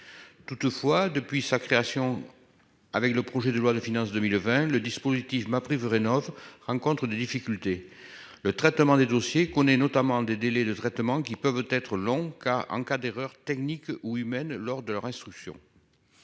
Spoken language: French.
Toutefois, depuis sa création. Avec le projet de loi de finances 2020 le dispositif ma prévu rénovent rencontrent des difficultés. Le traitement des dossiers qu'on ait notamment des délais de traitement qui peuvent être long cas en cas d'erreurs techniques ou humaines lors de leur instruction.